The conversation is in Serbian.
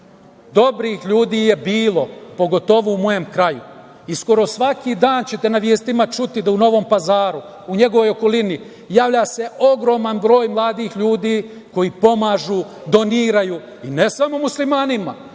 Dobrih ljudi je bilo, pogotovo u mojem kraju, i skoro svaki dan ćete na vestima čuti da se u Novom Pazaru i u njegovoj okolini javlja ogroman broj mladih ljudi koji pomažu, doniraju ne samo muslimanima,